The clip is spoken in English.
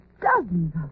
Dozens